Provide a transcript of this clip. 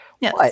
Yes